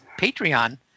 Patreon